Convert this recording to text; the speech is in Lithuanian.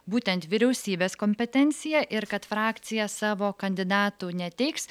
būtent vyriausybės kompetencija ir kad frakcija savo kandidatų neteiks